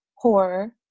horror